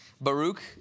Baruch